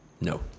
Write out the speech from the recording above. No